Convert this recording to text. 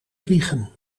vliegen